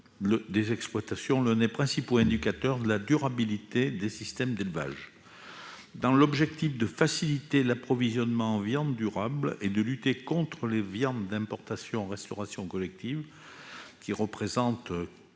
des exploitations, l'un des principaux indicateurs de la « durabilité » des systèmes d'élevage. Dans l'objectif de faciliter l'approvisionnement en viandes durables et de lutter contre les viandes d'importation en restauration collective- elles représentent